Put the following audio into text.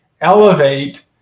elevate